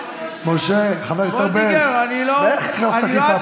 משה, חבר הכנסת ארבל, איך החלפת כיפה פתאום?